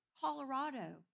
Colorado